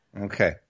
Okay